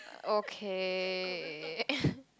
okay